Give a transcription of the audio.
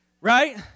Right